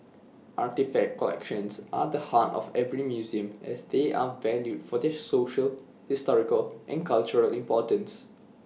artefact collections are the heart of every museum as they are valued for their social historical and cultural importance